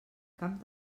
camp